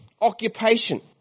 Occupation